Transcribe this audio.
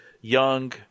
young